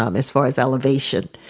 um as far as elevation,